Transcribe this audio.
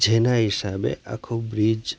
જેના હિસાબે આખો બ્રિજ